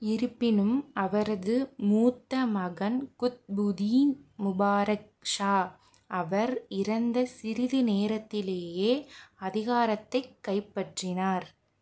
இருப்பினும் அவரது மூத்த மகன் குத்புதீன் முபாரக் ஷா அவர் இறந்த சிறிது நேரத்திலேயே அதிகாரத்தைக் கைப்பற்றினார்